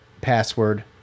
password